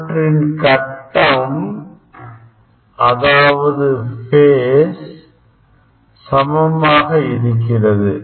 அவற்றின் கட்டம் அதாவது ஃபேஸ் சமமாக இருக்கிறது